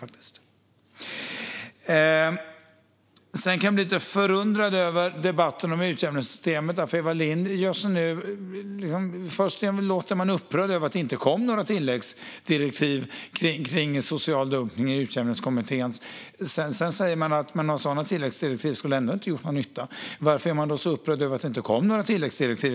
Jag kan bli lite förundrad över debatten om utjämningssystemet. Först låter man upprörd över att det inte kom några tilläggsdirektiv gällande social dumpning till Utjämningskommittén. Sedan säger man att sådana tilläggsdirektiv ändå inte skulle ha gjort någon nytta. Varför är man då så upprörd över att det inte kom några tilläggsdirektiv?